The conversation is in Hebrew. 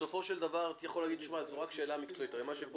בסופו של דבר הייתי יכול להגיד שזו רק שאלה מקצועית אבל מה שיש פה